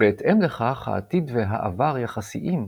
בהתאם לכך, העתיד והעבר יחסיים,